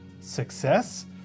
Success